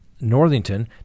Northington